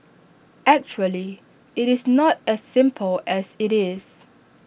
actually IT is not as simple as IT is